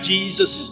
Jesus